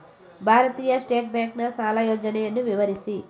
ಭಾರತೀಯ ಸ್ಟೇಟ್ ಬ್ಯಾಂಕಿನ ಸಾಲ ಯೋಜನೆಯನ್ನು ವಿವರಿಸಿ?